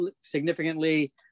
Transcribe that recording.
significantly